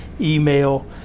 email